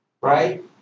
right